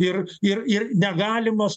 ir ir ir negalimas